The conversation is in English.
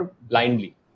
blindly